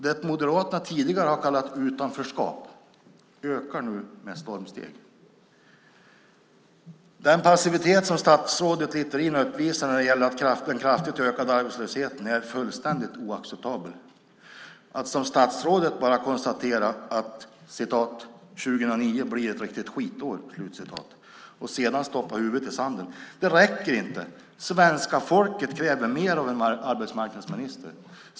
Det Moderaterna tidigare har kallat utanförskap ökar nu med stormsteg. Den passivitet som statsrådet Littorin uppvisar när det gäller den kraftigt ökade arbetslösheten är fullständigt oacceptabel. Att som statsrådet bara konstatera att 2009 blir ett riktigt skitår och sedan stoppa huvudet i sanden räcker inte. Svenska folket kräver mer av en arbetsmarknadsminister.